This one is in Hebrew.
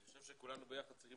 אני חושב שכולנו ביחד צריכים